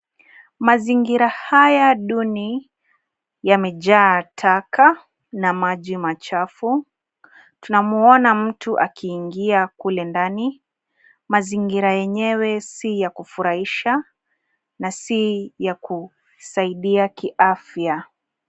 Mazingira haya duni yamejaa taka na maji machafu. Tunamwona mtu akiingia kule ndani, mazingira yenyewe si ya kufurahisha na si ya kusaidia kiafya.